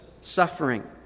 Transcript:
suffering